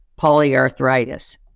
polyarthritis